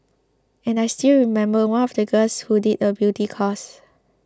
and I still remember one of the girls who did a beauty course